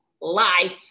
life